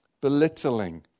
belittling